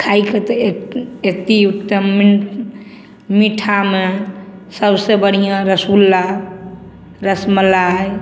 खायके तऽ एत्ती एत्ती उत्तम मिन्स मीठामे सबसऽ बढ़िऑं रसगुल्ला रसमलाइ